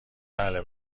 بله